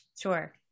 Sure